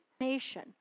nation